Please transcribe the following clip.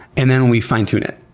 and then we fine tune it.